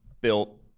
Built